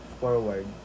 forward